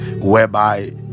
whereby